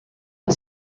are